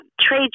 trade